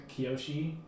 Kiyoshi